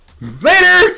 later